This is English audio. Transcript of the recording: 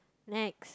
next